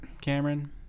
cameron